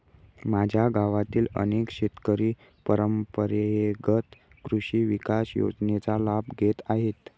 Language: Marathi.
माझ्या गावातील अनेक शेतकरी परंपरेगत कृषी विकास योजनेचा लाभ घेत आहेत